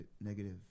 negative